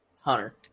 Hunter